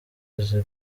izi